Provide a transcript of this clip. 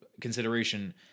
consideration